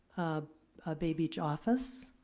a bay beach office.